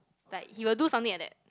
like he will do something like that